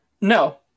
no